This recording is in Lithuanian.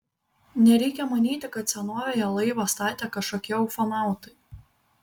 nereikia manyti kad senovėje laivą statė kažkokie ufonautai